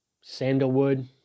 sandalwood